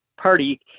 party